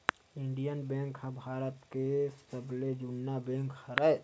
Indian Bank ह भारत के सबले जुन्ना बेंक हरय